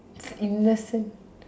innocent